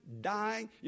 dying